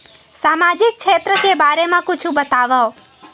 सामजिक क्षेत्र के बारे मा कुछु बतावव?